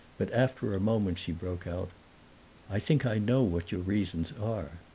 but after a moment she broke out i think i know what your reasons are!